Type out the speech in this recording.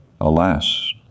alas